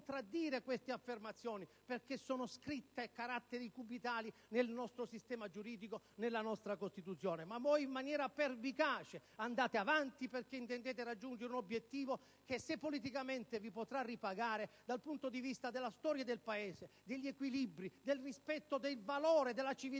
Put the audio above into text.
contraddire queste affermazioni, perché sono scritte a caratteri cubitali nel nostro sistema giuridico e nella nostra Costituzione. Voi, però, in maniera pervicace andate avanti perché intendete raggiungere un obiettivo che se, politicamente, vi potrà ripagare, dal punto di vista della storia del Paese, degli equilibri e del rispetto del valore della civiltà